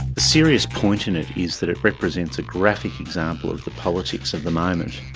serious point in it, is that it represents a graphic example of the politics of the moment,